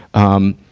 um,